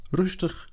rustig